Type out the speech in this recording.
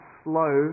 slow